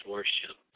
Worship